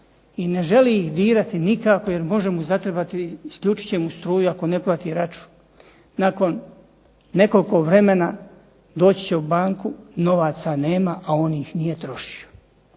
i ne želi ih dirati nikako jer može mu zatrebati, isključit će mu struju ako ne plati račun. Nakon nekoliko vremena doći će u banku, novaca nema, a on ih nije trošio.